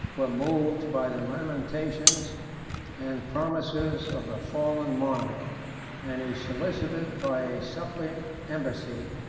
were moved by the lamentations and promises of the fallen monarch and he solicited, by a suppliant embassy,